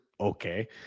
Okay